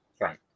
Right